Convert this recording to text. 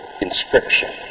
inscription